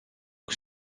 que